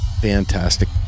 Fantastic